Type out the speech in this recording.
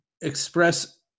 express